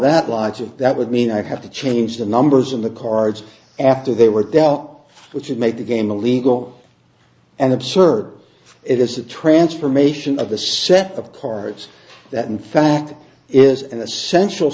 that logic that would mean i have to change the numbers in the cards after they were down which would make the game illegal and absurd it is a transformation of this set of cards that in fact is an essential